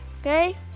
Okay